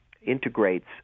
integrates